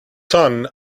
son